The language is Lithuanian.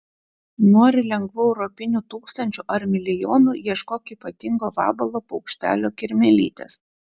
nori lengvų europinių tūkstančių ar milijonų ieškok ypatingo vabalo paukštelio kirmėlytės